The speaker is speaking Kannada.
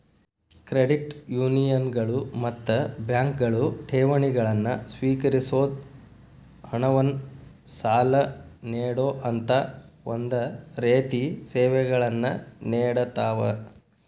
ಕ್ರೆಡಿಟ್ ಯೂನಿಯನ್ಗಳು ಮತ್ತ ಬ್ಯಾಂಕ್ಗಳು ಠೇವಣಿಗಳನ್ನ ಸ್ವೇಕರಿಸೊದ್, ಹಣವನ್ನ್ ಸಾಲ ನೇಡೊಅಂತಾ ಒಂದ ರೇತಿ ಸೇವೆಗಳನ್ನ ನೇಡತಾವ